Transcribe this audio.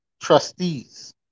trustees